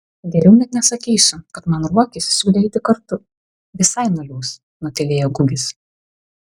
geriau net nesakysiu kad man ruokis siūlė eiti kartu visai nuliūs nutylėjo gugis